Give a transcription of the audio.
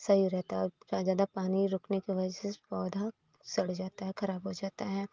सही रहता है और ज्यादा पानी रुकने की वजह से पौधा सड़ जाता है खराब हो जाता है